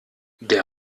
der